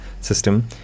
system